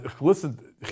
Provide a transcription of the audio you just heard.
Listen